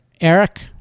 eric